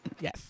Yes